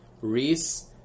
Reese